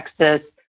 texas